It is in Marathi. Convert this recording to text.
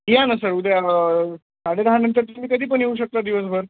या ना सर उद्या साडे दहानंतर तुम्ही कधी पण येऊ शकता दिवसभर